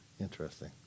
Interesting